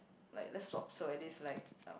like let's swap so at least like um